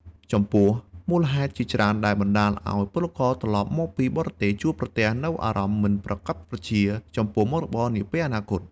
ចំពោះមូលហេតុជាច្រើនដែលបណ្តាលឱ្យពលករវិលត្រឡប់មកពីបរទេសជួបប្រទះនូវអារម្មណ៍មិនប្រាកដប្រជាចំពោះមុខរបរនាពេលអនាគត។